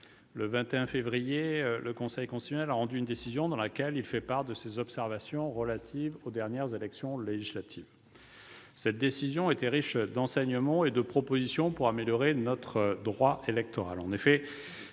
le 21 février, le Conseil constitutionnel a rendu une décision dans laquelle il fait part de ses observations relatives aux dernières élections législatives. Cette décision était riche d'enseignements et de propositions pour améliorer notre droit électoral.